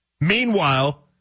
Meanwhile